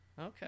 okay